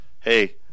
hey